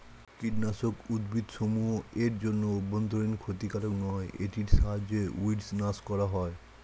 কীটনাশক উদ্ভিদসমূহ এর জন্য অভ্যন্তরীন ক্ষতিকারক নয় এটির সাহায্যে উইড্স নাস করা হয়